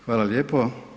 Hvala lijepo.